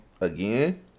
Again